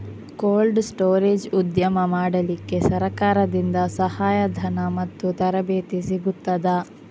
Cold storage ಉದ್ಯಮ ಮಾಡಲಿಕ್ಕೆ ಸರಕಾರದಿಂದ ಸಹಾಯ ಧನ ಮತ್ತು ತರಬೇತಿ ಸಿಗುತ್ತದಾ?